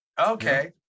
Okay